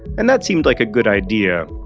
and that seemed like a good idea,